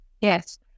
Yes